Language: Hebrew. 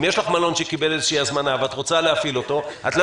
אם יש לך מלון שקיבל איזו הזמנה ואת רוצה להפעיל אותו את לא